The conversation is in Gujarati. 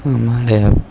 મારે